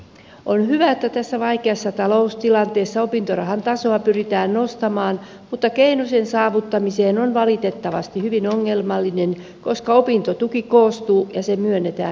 on hyvä että tässä vaikeassa taloustilanteessa opintorahan tasoa pyritään nostamaan mutta keino sen saavuttamiseen on valitettavasti hyvin ongelmallinen koska opintotuki koostuu ja se myönnetään kaksiportaisesti